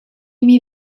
imi